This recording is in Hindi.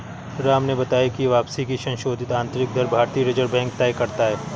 राम ने बताया की वापसी की संशोधित आंतरिक दर भारतीय रिजर्व बैंक तय करता है